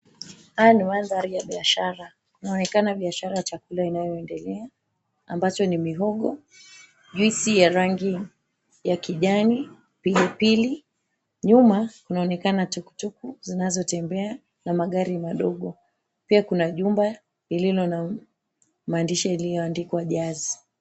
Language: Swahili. Haya ni maandhari ya biashara, inaonekana biashara ya chakula inayoendelea ambayo ni mihogo, juicy ya rangi ya kijani, pilipili nyuma kunaonekana tuktuk zinazotembea na magari madogo. Pia kuna jumba lililo na maandishi yaliyoandikwa, Jazz.